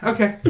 Okay